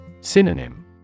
Synonym